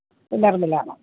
पुनर्मिलामः